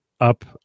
up